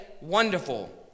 wonderful